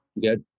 Good